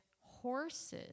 horses